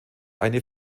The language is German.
eine